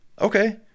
Okay